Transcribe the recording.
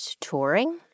touring